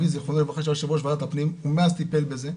ז"ל שהיה יו"ר ועדת הפנים ומאז טיפל בזה,